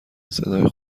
صدای